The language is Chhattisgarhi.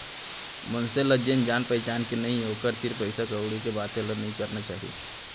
मनसे ल जेन जान पहिचान के नइये ओकर तीर पइसा कउड़ी के बाते ल नइ करना चाही